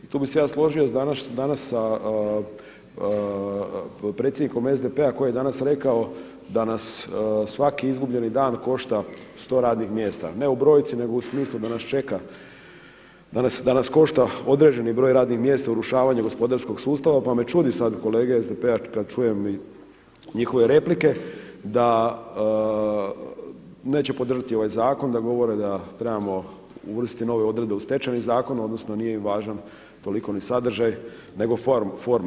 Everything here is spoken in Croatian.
I tu bih se ja složio danas sa predsjednikom SDP-a koji je rekao da nas svaki izgubljeni dan košta 100 radnih mjesta, ne u brojci nego u smislu da nas čeka, da nas košta određeni broj radnih mjesta, urušavanje gospodarskog sustava pa me čudi sada kolege iz SDP-a kada čujem i njihove replike da neće podržati ovaj zakon, da govore da trebamo uvrstiti nove odredbe u Stečajni zakon, odnosno nije im važan toliko ni sadržaj nego forma.